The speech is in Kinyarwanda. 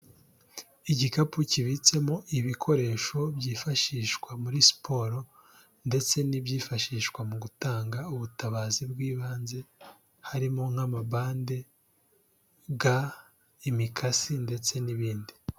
Igikapu kibitsemo ibikoresho byifashishwa muri siporo ndetse n'ibyifashishwa mu gutanga ubutabazi bw'ibanze, harimo nk'amabande, ga, imikasi, ndetse n'ibindi.